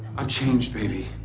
ah changed, baby.